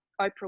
Oprah